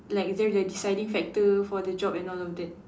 like the the deciding factor for the job and all of that